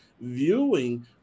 viewing